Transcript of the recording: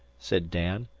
said dan.